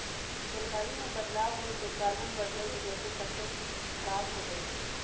जलवायु में बदलाव होए से कार्बन बढ़लई जेसे फसल स खराब हो जाई छई